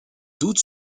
doute